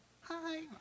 Hi